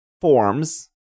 forms